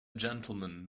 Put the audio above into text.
gentleman